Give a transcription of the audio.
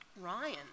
Ryan